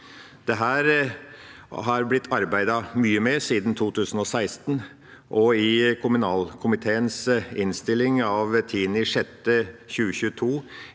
Dette har det blitt arbeidet mye med siden 2016, og i kommunalkomiteens innstilling av 10. juni 2022,